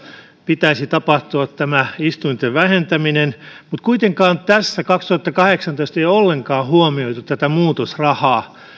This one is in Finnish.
pitäisi tapahtua tämä istuinten vähentäminen mutta kuitenkaan tässä vuonna kaksituhattakahdeksantoista ei ole ollenkaan huomioitu tätä muutosrahaa